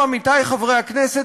הכנסת